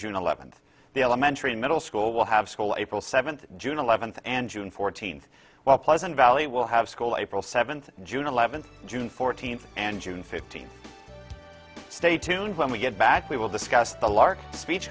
june eleventh the elementary and middle school will have school april seventh june eleventh and june fourteenth while pleasant valley will have school april seventh june eleventh june fourteenth and june fifteenth stay tuned when we get back we will discuss the larke speech